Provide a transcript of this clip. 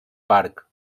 parc